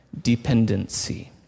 dependency